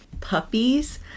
puppies